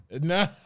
No